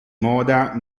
moda